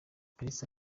kalisa